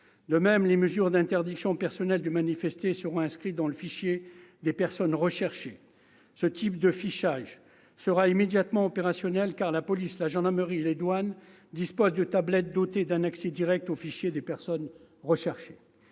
De même, les mesures personnelles d'interdiction de manifester seront inscrites dans le fichier des personnes recherchées. Ce type de fichage sera immédiatement opérationnel, car la police, la gendarmerie et les douanes disposent de tablettes permettant un accès direct au fichier des personnes recherchées.